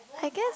I guess